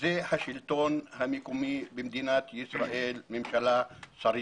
זה השלטון המקומי במדינת ישראל והממשלה והשרים